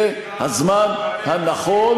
זה הזמן הנכון,